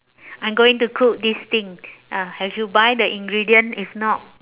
I'm going to cook this thing ah have you buy the ingredient if not